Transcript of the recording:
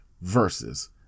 versus